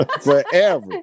forever